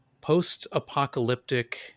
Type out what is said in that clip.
post-apocalyptic